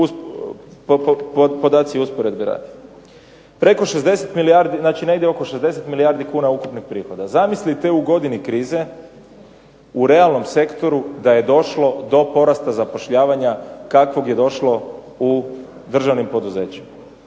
Podaci usporedbe radi. Preko 60 milijardi znači negdje oko 60 milijardi kuna ukupnih prihoda. Zamislite u godini krize u realnom sektoru da je došlo do porasta zapošljavanja kako je došlo u državnim poduzećima.